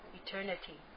eternity